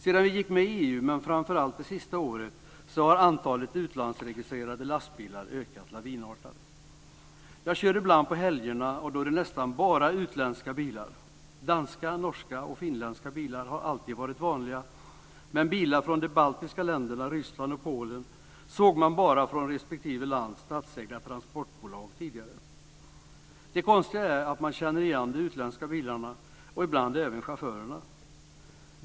Sedan vi gick med i EU men framför allt det sista året så har antalet utlandsregistrerade lastbilar ökat lavinartat. Jag kör ibland på helgerna och då är det nästan bara utländska bilar. Danska, norska och finländska bilar har alltid varit vanliga men bilar från de baltiska länderna, Ryssland och Polen såg man bara från respektive lands statsägda transportbolag tidigare. Det konstiga är att man känner igen de utländska bilarna och ibland även chaufförerna.